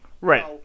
Right